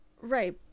Right